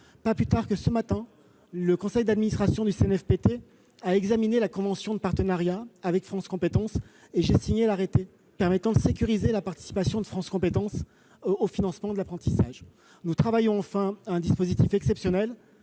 pas plus tard que ce matin, le conseil d'administration du CNFPT a examiné la convention de partenariat avec France compétences et j'ai signé l'arrêté permettant de sécuriser la participation de cette agence au financement de l'apprentissage. Enfin, nous travaillons à un dispositif exceptionnel